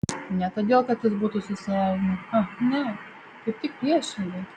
ne todėl kad jis būtų susierzinęs ach ne kaip tik priešingai